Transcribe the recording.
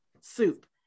soup